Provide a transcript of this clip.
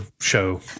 show